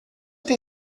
tem